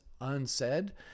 unsaid